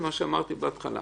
מה שאמרתי בהתחלה.